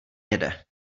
jede